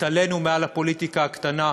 התעלינו מעל הפוליטיקה הקטנה,